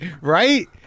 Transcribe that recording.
Right